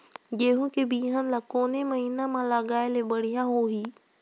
गहूं के बिहान ल कोने महीना म लगाय ले बढ़िया होही?